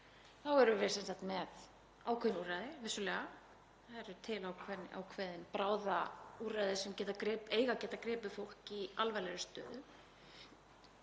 þá erum við sem sagt með ákveðin úrræði, vissulega, það eru til ákveðin bráðaúrræði sem eiga að geta gripið fólk í alvarlegri stöðu.